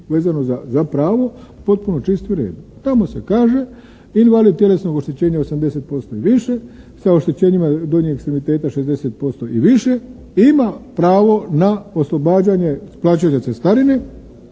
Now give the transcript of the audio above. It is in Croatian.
vezano za pravo potpuno čisto i u redu. Tamo se kaže invalid tjelesnog oštećenja 80% i više sa oštećenjima donjeg ekstremiteta 60% i više, ima pravo na oslobađanje plaćanja cestarine,